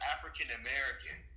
African-American